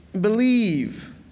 believe